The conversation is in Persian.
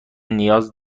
نیاز